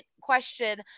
question